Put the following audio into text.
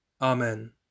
Amen